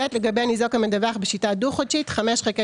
לגבי ניזוק המדווח בשיטה דו-חודשית חמש חלקי